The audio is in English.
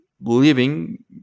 living